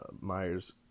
Myers